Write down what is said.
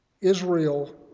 Israel